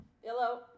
Hello